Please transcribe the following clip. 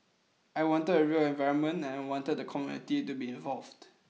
I wanted a real environment and I wanted the community to be involved